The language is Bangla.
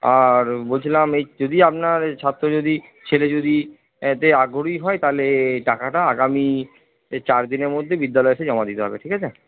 আর বলছিলাম এই যদি আপনার ছাত্র যদি ছেলে যদি আগ্রহী হয় তাহলে টাকাটা আগামী এ চার দিনের মধ্যে বিদ্যালয়ে এসে জমা দিতে হবে ঠিক আছে